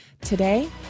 today